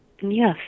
yes